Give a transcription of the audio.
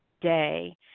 day